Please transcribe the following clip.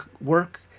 work